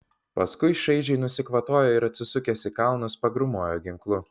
paskui šaižiai nusikvatojo ir atsisukęs į kalnus pagrūmojo ginklu